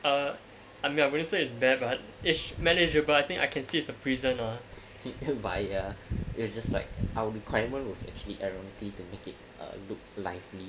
I mean I'm pretty sure is bare but his manager but I think I can see is a prisoner he who buy ya you just like our requirement was actually everyone to make it looked lively